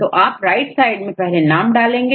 तो आप right side में पहले नाम डालेंगे